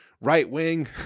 right-wing